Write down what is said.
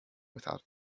without